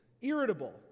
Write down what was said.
Irritable